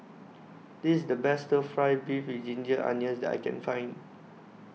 This IS The Best Fry Beef with Ginger Onions that I Can Find